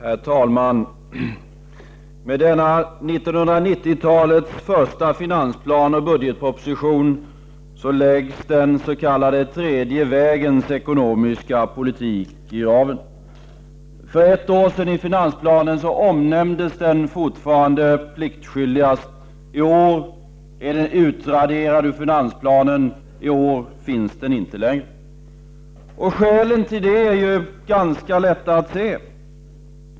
Herr talman! Med denna 1990-talets första finansplan och budgetproposition läggs den s.k. tredje vägens ekonomiska politik i graven. För ett år sedan omnämndes den fortfarande pliktskyldigt. I år är den utraderad ur finansplanen, och den finns inte längre. Skälen är lätta att se.